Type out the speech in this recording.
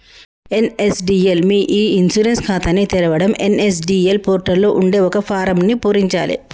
NSDL మీ e insurance ఖాతాని తెరవడం ఎన్.ఎస్.డి.ఎల్ పోర్టల్ లో ఉండే ఒక ఫారమ్ను పూరించాలే